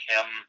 Kim